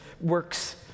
works